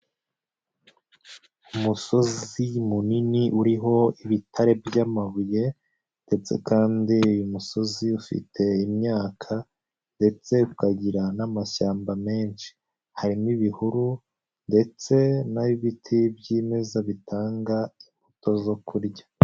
Umusozi munini uriho ibitare by'amabuye ndetse kandi uyu musozi ufite imyaka ndetse ukagira n'amashyamba menshi, harimo ibihuru ndetse n'ibiti byimeza bitanga imbuto zo kurya.